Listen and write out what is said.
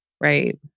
right